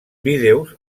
vídeos